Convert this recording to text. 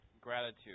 gratitude